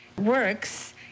works